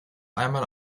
einmal